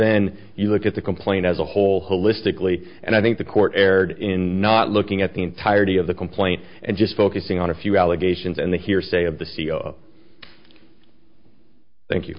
then you look at the complaint as a whole holistically and i think the court erred in not looking at the entirety of the complaint and just focusing on a few allegations and the hearsay of the c e o thank you